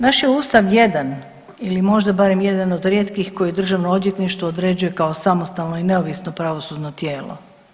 Naš je Ustav jedan ili možda barem jedan od rijetkih koji državno odvjetništvo određuje kao samostalno i neovisno pravosudno tijelo.